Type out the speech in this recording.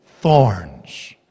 thorns